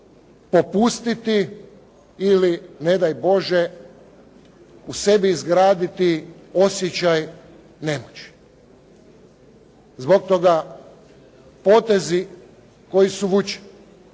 popustiti ili ne daj Bože u sebi izgraditi osjećaj nemoći. Zbog toga potezi koji su vučeni,